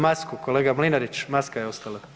Masku, kolega Mlinarić, maska je ostala.